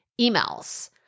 emails